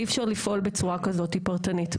אי אפשר לפעול בצורה כזאת פרטנית.